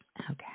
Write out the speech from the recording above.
Okay